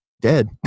dead